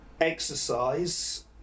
exercise